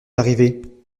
arrivé